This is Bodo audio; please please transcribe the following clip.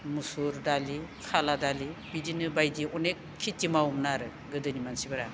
मुसुर दालि खाला दालि बिदिनो बायदि अनेख खिथि मावोमोन आरो गोदोनि मानसिफोरा